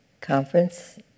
conference